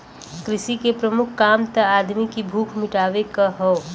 कृषि के प्रमुख काम त आदमी की भूख मिटावे क हौ